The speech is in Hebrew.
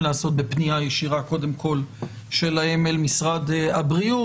להיעשות בפנייה ישירה שלהם אל משרד הבריאות.